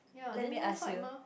let me ask you